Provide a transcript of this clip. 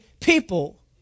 people